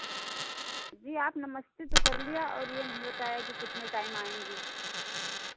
जी आप नमस्ते तो कर लिया और ये नहीं बताया कि कितने टाइम आएँगी